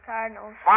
Cardinals